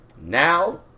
Now